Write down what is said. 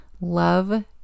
love